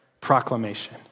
proclamation